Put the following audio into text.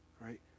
right